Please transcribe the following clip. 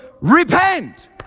repent